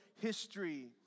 history